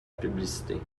publicité